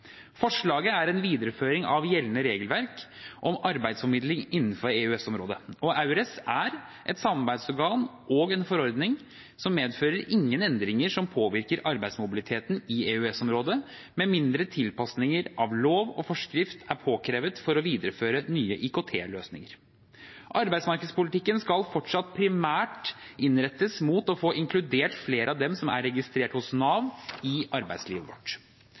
Forslaget er en videreføring av gjeldende regelverk om arbeidsformidling innenfor EØS-området, og EURES er et samarbeidsorgan og en forordning som ikke medfører noen endringer som påvirker arbeidsmobiliteten i EØS-området, med mindre tilpasninger av lov og forskrift er påkrevet for å videreføre nye IKT-løsninger. Arbeidsmarkedspolitikken skal fortsatt primært innrettes mot å få inkludert flere av dem som er registrert hos Nav, i arbeidslivet vårt.